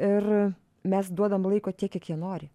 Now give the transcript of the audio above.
ir mes duodam laiko tiek kiek jie nori